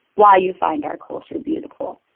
why you find our culture beautiful,